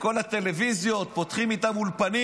בכל הטלוויזיות פותחים איתם אולפנים.